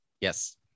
Yes